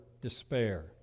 despair